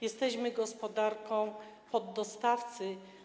Jesteśmy gospodarką poddostawcy.